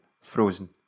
Frozen